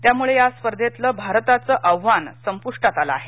त्यामुळे या स्पर्धेतलं भारताचं आव्हान संप्टात आलं आहे